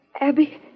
Abby